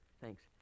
Thanks